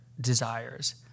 desires